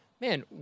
man